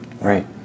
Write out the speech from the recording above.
Right